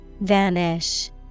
Vanish